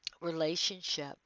relationship